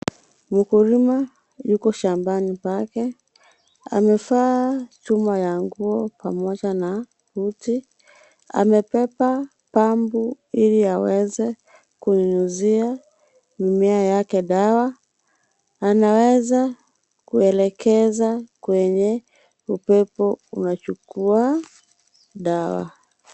Mkulima yuko shambani pake. Amevaa chuma ya nguo pamoja na koti. Amebeba pampu ili aweze kunyunyuzia mimea yake dawa. Anaweza kuelekeza kwenye upepo unachukua dawa.